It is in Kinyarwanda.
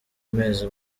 amezi